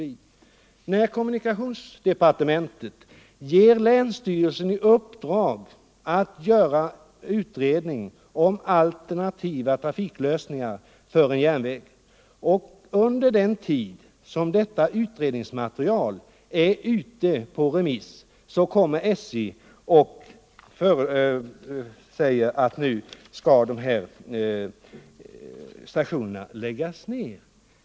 Sedan kommunikationsdepartementet givit länsstyrelsen i uppdrag att göra en utredning om alternativa trafiklösningar för en järnväg och 49 under den tid som utredningsmaterialet är ute på remiss kommer SJ och säger att nu skall de här stationerna läggas ner.